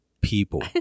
people